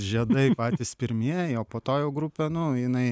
žiedai patys pirmieji o po to jau grupė nu jinai